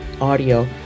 audio